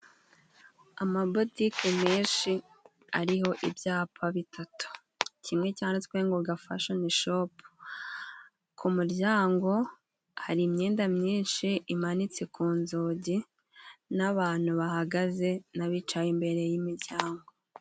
Ama botike menshi ariho ibyapa bitatu, kimwe cyanditswe ngo gafasheni shopu, ku muryango hari imyenda myinshi imanitse ku nzugi, n'abantu bahagaze n'abicaye imbere y'imiryango.